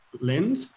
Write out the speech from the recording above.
lend